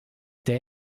der